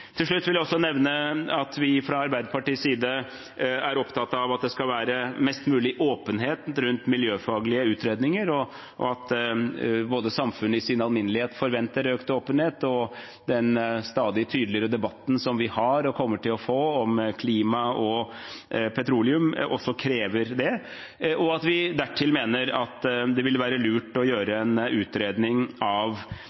Til slutt vil jeg også nevne at vi, fra Arbeiderpartiets side, er opptatt av at det skal være mest mulig åpenhet rundt miljøfaglige utredninger. Samfunnet i sin alminnelighet forventer økt åpenhet, men også den stadig tydeligere debatten som vi har – og kommer til å få – om klima og petroleum, krever det. Dertil mener vi at det ville være lurt å gjøre